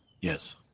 Yes